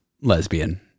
lesbian